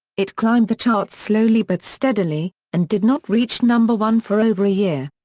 it climbed the charts slowly but steadily, and did not reach number one for over a year.